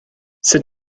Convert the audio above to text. sut